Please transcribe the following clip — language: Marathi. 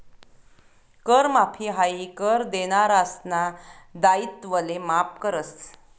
कर माफी हायी कर देनारासना दायित्वले माफ करस